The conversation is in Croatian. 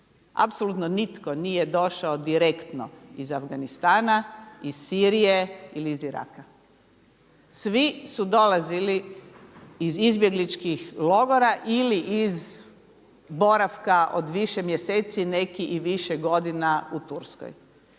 apsolutno nitko nije došao direktno iz Afganistana iz Sirije ili iz Iraka. Svi su dolazili iz izbjegličkih logora ili iz boravka od više mjeseci, neki i više godina u Turskoj.